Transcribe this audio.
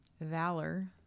valor